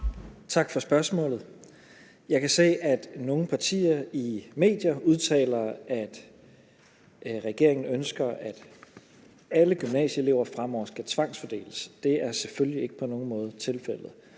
Tak for spørgsmålet. Jeg kan se, at nogle partier i medier udtaler, at regeringen ønsker, at alle gymnasieelever fremover skal tvangsfordeles. Det er selvfølgelig ikke på nogen måde tilfældet.